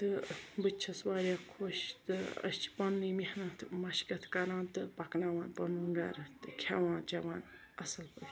تہٕ بہٕ تہِ چھس واریاہ خۄش تہٕ أسۍ چھِ پانہٕ ؤنۍ محنت مشقت کَران تہٕ پکناوان پَنُن گَرٕ تہٕ کھٮ۪وان چٮ۪وان اصل پٲٹھۍ